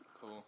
Cool